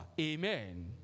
Amen